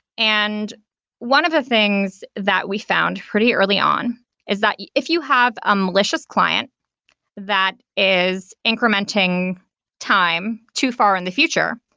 and one of the things that we found pretty early on is that if you have a malicious client that is incrementing time too far in the future.